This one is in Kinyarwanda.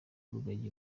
rugagi